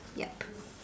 ya